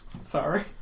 Sorry